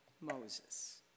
Moses